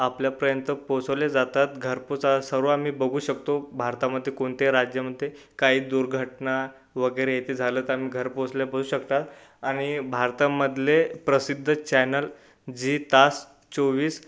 आपल्यापर्यंत पोहोचवले जातात घरपोच आज सर्व आम्ही बघू शकतो भारतामध्ये कोणत्या राज्यामध्ये काही दुर्घटना वगैरे हे ते झालं तर आम् घरपोचल्या बसू शकता आणि भारतामधले प्रसिद्ध चॅनेल झी तास चोवीस